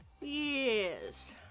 yes